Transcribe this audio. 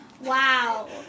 Wow